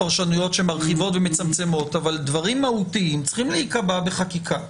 פרשנויות שמרחיבות ומצמצמות אבל דברים מהותיים צריכים להיקבע בחקיקה.